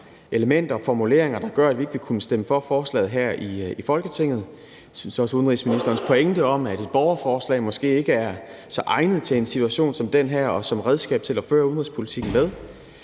elementer og formuleringer, der gør, at vi ikke vil kunne stemme for forslaget her i Folketinget. Jeg synes også, udenrigsministeren har en pointe, i forhold til at et borgerforslag måske ikke er så egnet til en situation som den her og som redskab til at føre udenrigspolitik med.